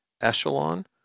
Echelon